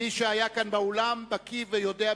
מי שהיה כאן באולם, בקי בכולן ויודע.